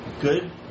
good